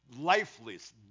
lifeless